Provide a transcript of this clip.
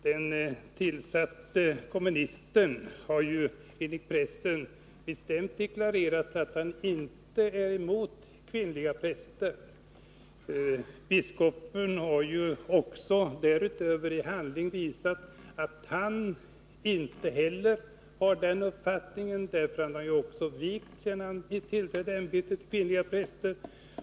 Den tillsatte komministern har ju enligt pressen bestämt deklarerat att han inte är mot kvinnliga präster. Biskopen har också därutöver i handling visat att han inte heller har den uppfattningen. Han har nämligen sedan han tillträdde ämbetet vigt kvinnliga präster.